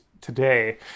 today